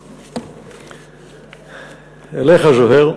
אליך, זוהיר,